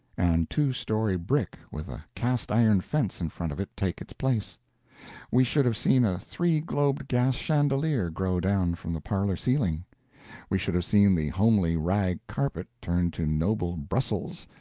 and two-story brick with a cast-iron fence in front of it take its place we should have seen a three-globed gas-chandelier grow down from the parlor ceiling we should have seen the homely rag carpet turn to noble brussels,